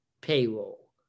payroll